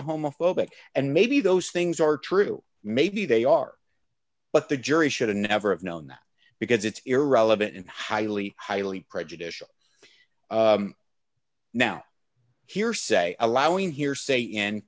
homophobic and maybe those things are true maybe they are but the jury should never have known that because it's irrelevant and highly highly prejudicial now here say allowing hearsay and